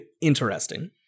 interesting